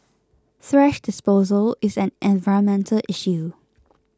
thrash disposal is an environmental issue